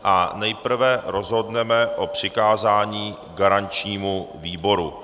Nejprve rozhodneme o přikázání garančnímu výboru.